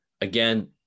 again